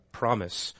promise